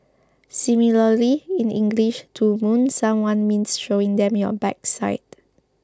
similarly in English to moon someone means showing them your backside